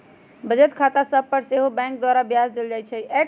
बचत खता सभ पर सेहो बैंक द्वारा ब्याज देल जाइ छइ